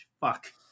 fuck